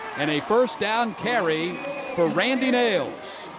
and a first down carry for randy nails.